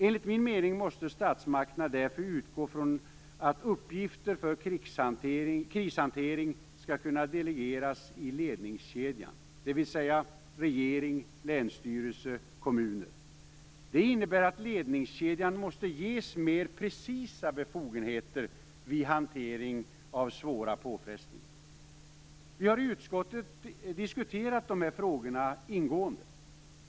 Enligt min mening måste statsmakterna därför utgå från att uppgifter för krishantering skall kunna delegeras i ledningskedjan, dvs. regering, länsstyrelse och kommuner. Det innebär att ledningskedjan måste ges mer precisa befogenheter vid hantering av svåra påfrestningar. Vi har i utskottet ingående diskuterat dessa frågor.